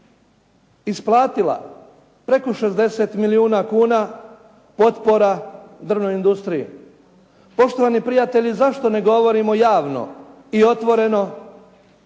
isplatila preko 60 milijuna kuna potpora drvnoj industriji. Poštovani prijatelji, zašto ne govorimo javno i otvoreno